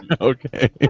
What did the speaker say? Okay